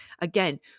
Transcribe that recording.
Again